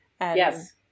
yes